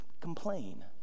complain